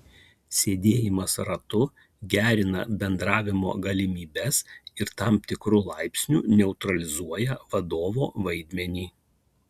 sėdėjimas ratu gerina bendravimo galimybes ir tam tikru laipsniu neutralizuoja vadovo vaidmenį